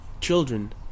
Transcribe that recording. children